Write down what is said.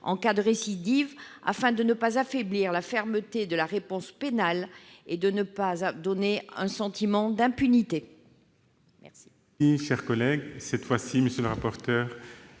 en cas de récidive, afin de ne pas affaiblir la fermeté de la réponse pénale et de ne pas donner un sentiment d'impunité. Quel